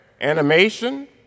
animation